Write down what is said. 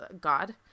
God